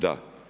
Da.